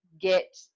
get